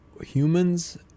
humans